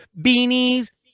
beanies